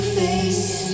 face